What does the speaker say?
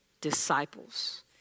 disciples